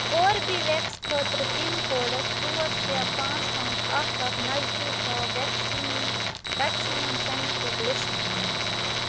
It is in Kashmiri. کوربِویٚکس خٲطرٕ پِن کوڈس ژور شےٚ پانٛژھ پانٛژھ اکھ اکھ نزدیٖک ہاو ویٚکسیٖن ویٚکسیٖنن سینٹرُک لسٹ